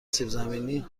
سیبزمینی